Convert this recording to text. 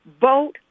vote